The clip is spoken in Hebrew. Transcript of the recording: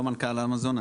אני לא מנכ"ל אמזון,